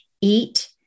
eat